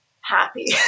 happy